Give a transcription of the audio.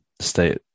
stay